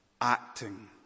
acting